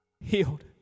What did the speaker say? healed